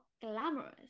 glamorous